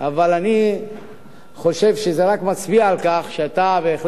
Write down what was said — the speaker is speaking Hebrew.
אבל אני חושב שזה רק מצביע על כך שאתה בהחלט